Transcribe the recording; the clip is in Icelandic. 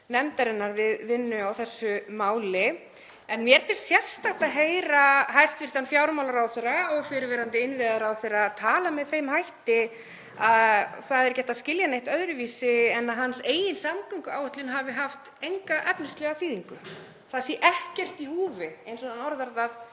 nefndarinnar við vinnu á þessu máli. Mér finnst sérstakt að heyra hæstv. fjármálaráðherra og fyrrverandi innviðaráðherra tala með þeim hætti, það er ekki hægt að skilja það neitt öðruvísi, að hans eigin samgönguáætlun hafi ekki haft neina efnislega þýðingu, það sé ekkert í húfi, eins og hann orðar það